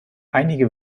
einige